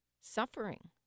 Suffering